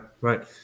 right